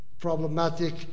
problematic